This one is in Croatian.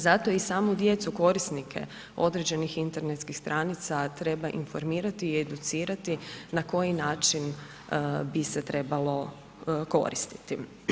Zato i samu djecu korisnike određenih internetskih stranica treba informirati i educirati na koji način bi se trebali koristiti.